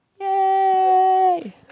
Yay